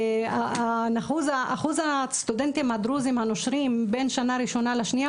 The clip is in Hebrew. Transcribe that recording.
אחוז הסטודנטים הדרוזים הנושרים בין שנה ראשונה לשנייה